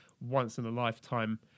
once-in-a-lifetime